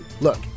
Look